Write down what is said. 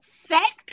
sex